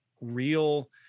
real